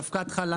אבקת חלב.